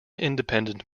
independent